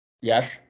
Yes